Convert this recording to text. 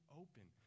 open